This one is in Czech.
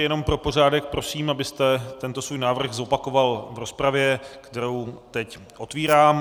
Jenom pro pořádek prosím, abyste tento svůj návrh zopakoval v rozpravě, kterou teď otvírám.